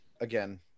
again